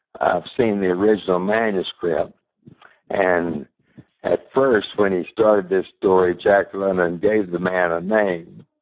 i've seen the original manuscript and at first, when he started this story, jack london gave the man a name.